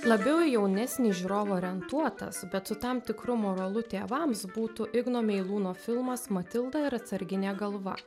labiau į jaunesnį žiūrovą orientuotas bet su tam tikru moralu tėvams būtų igno meilūno filmas matilda ir atsarginė galva